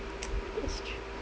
it's true